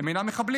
הם אינם מחבלים,